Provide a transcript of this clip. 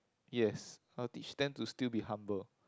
yes I'll teach them to still be humble